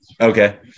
Okay